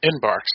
inbox